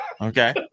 Okay